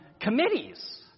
committees